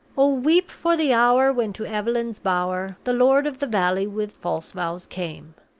oh, weep for the hour when to eveleen's bower, the lord of the valley with false vows came.